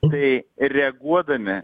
tai reaguodami